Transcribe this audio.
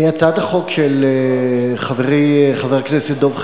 הצעת החוק של חברי חבר הכנסת דב חנין,